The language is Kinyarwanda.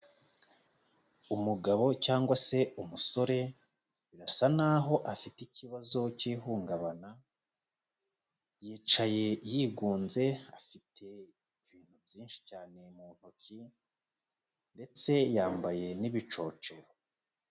Umugabo cyangwa se umusore birasa naho afite ikibazo k'ihungabana, yicaye yigunze, afite ibintu byinshi cyane mu ntoki ndetse yambaye n'ibicocero.